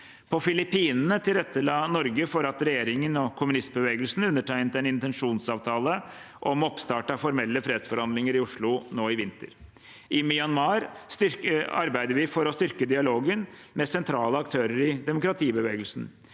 På Filippinene tilrettela Norge for at regjeringen og kommunistbevegelsen undertegnet en intensjonsavtale om oppstart av formelle fredsforhandlinger i Oslo nå i vinter. I Myanmar arbeider vi for å styrke dialogen med sentrale aktører i demo kratibevegelsen.